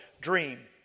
dream